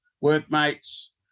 workmates